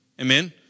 Amen